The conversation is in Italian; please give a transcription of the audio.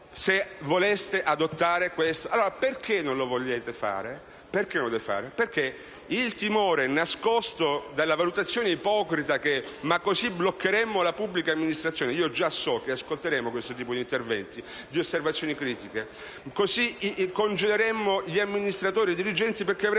se voleste adottare questo istituto. Perché non volete farlo, allora? Per il timore nascosto dalla valutazione ipocrita che così bloccheremmo la pubblica amministrazione. Già so che ascolteremo questo tipo di interventi e osservazioni critiche: così congeleremmo gli amministratori e i dirigenti perché avrebbero